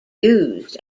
used